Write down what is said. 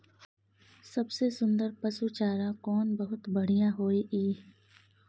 सबसे सुन्दर पसु चारा कोन बहुत बढियां होय इ?